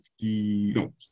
no